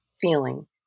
feeling